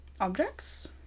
Objects